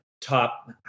top